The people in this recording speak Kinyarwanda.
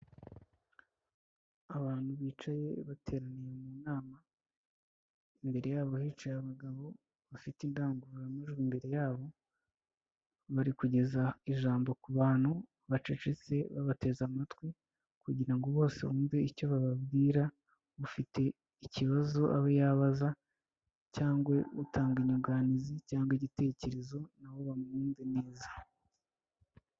Abantu bicaye bateraniye mu nam, imbere yabo hicaye abagabo bafite indangururamajwi imbere yabo. Bari kugeza ijambo ku bantu bacecetse babateze amatwi kugira ngo bose bumve icyo bababwira, ufite ikibazo abe yabaza cyangwa utanga inyunganizi cyangwa igitekerezo nawe bamwumve neza.